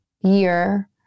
year